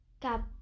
Cap